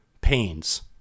Pains